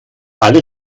alle